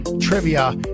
trivia